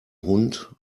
hund